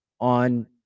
on